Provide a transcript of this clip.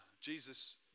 Jesus